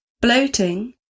bloating